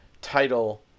title